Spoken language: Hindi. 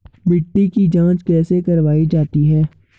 मिट्टी की जाँच कैसे करवायी जाती है?